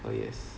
oh yes